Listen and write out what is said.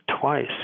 twice